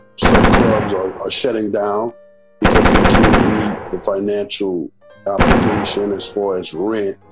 some clubs are are shutting down because they can't meet the financial obligation as far as rent